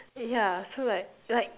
yeah so like like